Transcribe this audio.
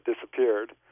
disappeared